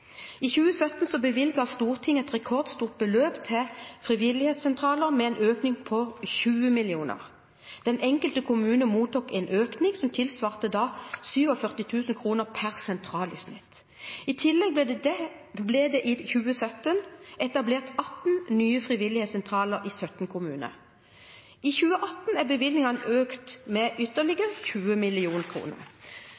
I 2017 bevilget Stortinget et rekordstort beløp til frivillighetssentraler, med en økning på 20 mill. kr. Den enkelte kommune mottok en økning som da tilsvarte 47 000 kr per sentral i snitt. I tillegg ble det i 2017 etablert 18 nye frivillighetssentraler i 17 kommuner. I 2018 er bevilgningene økt med